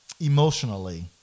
emotionally